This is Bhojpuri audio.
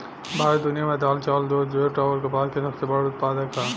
भारत दुनिया में दाल चावल दूध जूट आउर कपास के सबसे बड़ उत्पादक ह